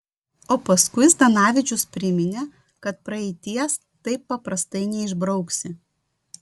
o paskui zdanavičius priminė kad praeities taip paprastai neišbrauksi